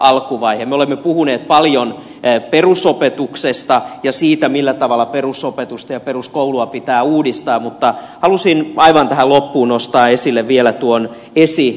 me olemme puhuneet paljon perusopetuksesta ja siitä millä tavalla perusopetusta ja peruskoulua pitää uudistaa mutta halusin aivan tähän loppuun nostaa esille vielä tuon esiopetuksen